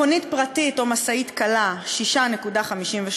מכונית פרטית או משאית קלה, 6.53,